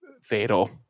fatal